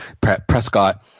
Prescott